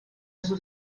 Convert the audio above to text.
sus